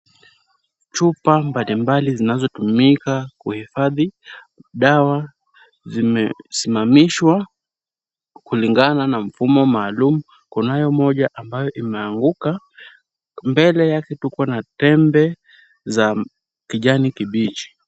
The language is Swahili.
Chupa mbalimbali zinazotumika kuhifadhi dawa zimesimamishwa kulingana na mfumo maalum. Kunayo moja ambayo imeanguka. Mbele yake tuko na tembe za kijani kibichi.